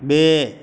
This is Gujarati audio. બે